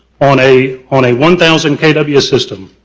on a on a one thousand kw system,